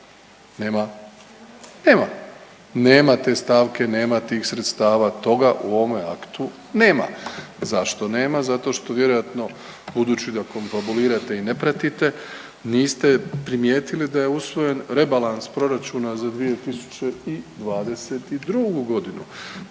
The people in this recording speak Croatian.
nema, nema. Nema te stavke, nema tih sredstava toga u ovome aktu nema. Zašto nema? Zato što vjerojatno budući da … i ne pratite niste primijetili da je usvojen rebalans proračuna za 2022.g.